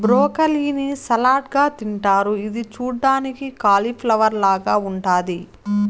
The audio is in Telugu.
బ్రోకలీ ని సలాడ్ గా తింటారు ఇది చూడ్డానికి కాలిఫ్లవర్ లాగ ఉంటాది